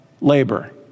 labor